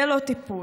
זה לא טיפול.